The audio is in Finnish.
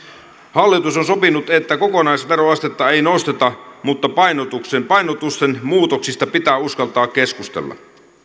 hallitus on sopinut että kokonaisveroastetta ei nosteta mutta painotusten painotusten muutoksista pitää uskaltaa keskustella